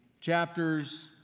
chapters